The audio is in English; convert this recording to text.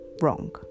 Wrong